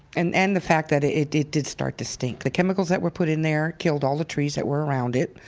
and and the fact that it it did did start to stink. the chemicals that were put in there killed all the trees that were around it.